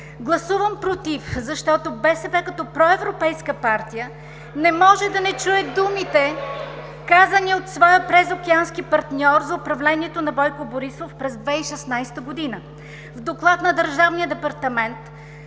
Гласувам „против“, защото БСП – като проевропейска партия, не може да не чуе думите (възгласи: „Ееее!“), от своя презокеански партньор, казани за управлението на Бойко Борисов през 2016 г. В доклад на Държавния департамент